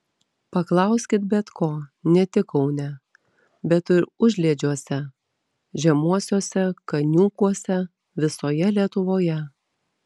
paklauskit bet ko ne tik kaune bet ir užliedžiuose žemuosiuose kaniūkuose visoje lietuvoje